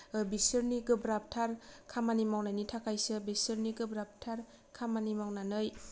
बिसोरनि गोब्राबथार खामानि मावनायनि थाखायसो बिसोरनि गोब्राबथार खामानि मावनानै